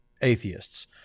atheists